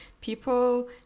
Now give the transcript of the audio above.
people